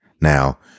Now